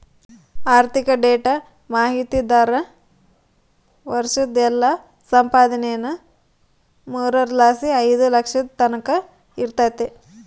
ಆರ್ಥಿಕ ಡೇಟಾ ಮಾಹಿತಿದಾರ್ರ ವರ್ಷುದ್ ಎಲ್ಲಾ ಸಂಪಾದನೇನಾ ಮೂರರ್ ಲಾಸಿ ಐದು ಲಕ್ಷದ್ ತಕನ ಇರ್ತತೆ